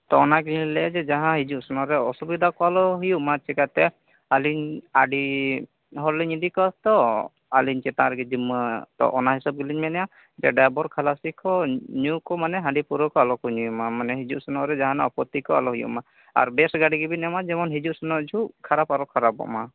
ᱛᱚ ᱚᱱᱟᱜᱤᱧ ᱞᱟᱹᱭ ᱮᱫᱟ ᱡᱮ ᱡᱟᱦᱟᱸ ᱦᱤᱡᱩ ᱥᱮᱱᱚᱜ ᱨᱮ ᱚᱥᱩᱵᱤᱫᱷᱟ ᱠᱚ ᱟᱞᱚ ᱦᱩᱭᱩᱜᱢᱟ ᱟᱨ ᱪᱤᱠᱟᱹᱛᱮ ᱟᱹᱞᱤᱧ ᱟᱹᱰᱤ ᱦᱚᱲ ᱞᱤᱧ ᱤᱫᱤ ᱠᱚᱣᱟ ᱛᱚ ᱟᱹᱞᱤᱧ ᱪᱮᱛᱟᱱ ᱨᱮᱜᱮ ᱡᱤᱱᱢᱟᱹ ᱛᱚ ᱚᱱᱟ ᱦᱤᱥᱟᱹᱵ ᱜᱮᱞᱤᱧ ᱢᱮᱱᱮᱫᱼᱟ ᱰᱟᱭᱵᱚᱨ ᱠᱷᱟᱞᱟᱥᱤ ᱠᱚ ᱧᱩ ᱠᱚ ᱢᱟᱱᱮ ᱦᱟᱺᱰᱤ ᱯᱟᱹᱣᱨᱟᱹ ᱠᱚ ᱟᱞᱚ ᱠᱚ ᱧᱩᱭ ᱢᱟ ᱢᱟᱱᱮ ᱦᱤᱡᱩᱜ ᱥᱮᱱᱚᱜ ᱨᱮ ᱡᱟᱦᱟᱱᱟᱜ ᱟᱯᱚᱛᱛᱤ ᱠᱚ ᱟᱞᱚ ᱦᱩᱭᱩᱜ ᱢᱟ ᱟᱨ ᱵᱮᱥ ᱜᱟᱹᱰᱤ ᱜᱮᱵᱮᱱ ᱮᱢᱟ ᱡᱮᱢᱚᱱ ᱦᱤᱡᱩ ᱥᱮᱱᱚᱜ ᱡᱩᱦᱩᱜ ᱠᱷᱟᱨᱟᱯ ᱟᱞᱚ ᱠᱷᱟᱨᱟᱯᱚᱜ ᱢᱟ